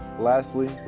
lastly,